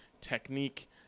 technique